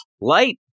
Light